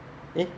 eh